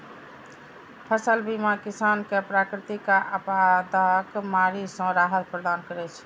फसल बीमा किसान कें प्राकृतिक आपादाक मारि सं राहत प्रदान करै छै